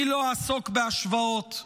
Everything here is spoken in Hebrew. אני לא אעסוק בהשוואות,